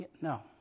No